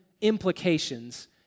implications